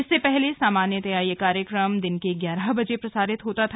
इससे पहले सामान्यंता यह कार्यक्रम दिन के ग्यारह बजे प्रसारित होता था